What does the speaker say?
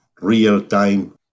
real-time